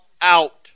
out